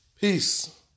Peace